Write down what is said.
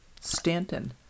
Stanton